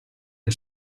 que